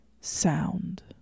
Sound